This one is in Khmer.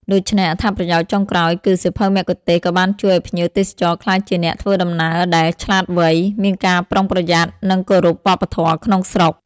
ដូច្នេះ អត្ថប្រយោជន៍ចុងក្រោយគឺ សៀវភៅមគ្គុទ្ទេសក៍បានជួយឲ្យភ្ញៀវទេសចរក្លាយជាអ្នកធ្វើដំណើរដែល ឆ្លាតវៃ មានការប្រុងប្រយ័ត្ន និងគោរព វប្បធម៌ក្នុងស្រុក។